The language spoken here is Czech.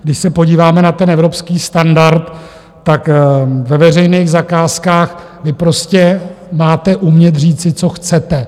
Když se podíváme na ten evropský standard, tak ve veřejných zakázkách vy prostě máte umět říci, co chcete.